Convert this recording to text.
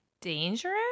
Dangerous